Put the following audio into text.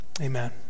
amen